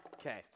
Okay